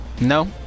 No